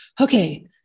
okay